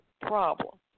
problem